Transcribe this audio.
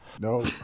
No